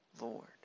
Lord